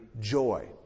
joy